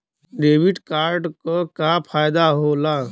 Debit card क का फायदा हो ला?